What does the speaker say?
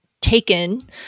taken